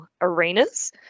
arenas